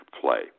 play